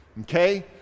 okay